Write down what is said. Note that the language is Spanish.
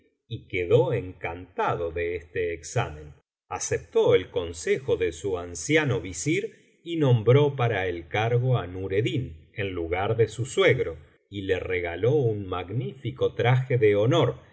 y quedó encantado de este examen aceptó el consejo de su anciano visir y nombró para el cargo á nureddin en lugar de su suegro y le regaló un magnífico traje de honor